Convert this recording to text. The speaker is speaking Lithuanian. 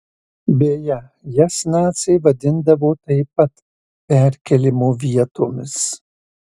beje jas naciai vadindavo taip pat perkėlimo vietomis